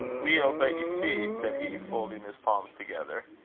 weel, but ye see, said he, folding his palms together,